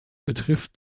betrifft